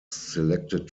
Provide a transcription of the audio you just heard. selected